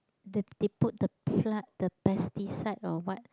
they they put the plant the pesticide or what